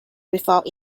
without